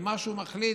ומה שהוא מחליט,